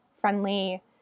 friendly